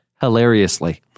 hilariously